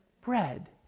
bread